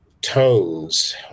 tones